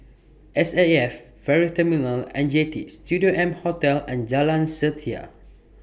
S A F Ferry Terminal and Jetty Studio M Hotel and Jalan Setia